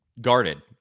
guarded